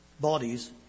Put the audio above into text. bodies